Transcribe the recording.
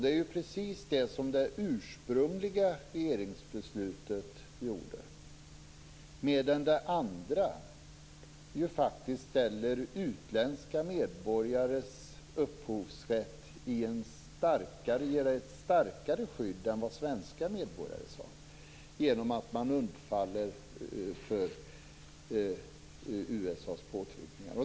Det är precis vad som gällde i det ursprungliga regeringsbeslutet, medan det andra, genom att regeringen faller undan för USA:s påtryckningar, faktiskt ger utländska medborgares upphovsrätt ett starkare skydd än vad som gäller för svenska medborgare.